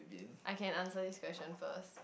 I can answer this question first